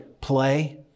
play